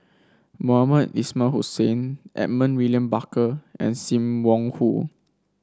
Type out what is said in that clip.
Mohamed Ismail Hussain Edmund William Barker and Sim Wong Hoo